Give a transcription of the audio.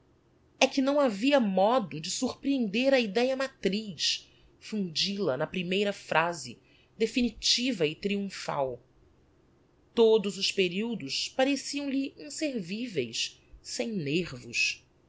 e que não havia modo de surprehender a idéa matriz fundil a na primeira phrase definitiva e triumphal todos os periodos pareciam-lhe inserviveis sem nervos